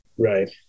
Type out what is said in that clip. Right